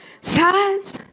signs